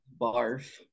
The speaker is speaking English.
barf